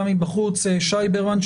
שי ברמן,